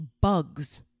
bugs